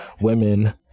women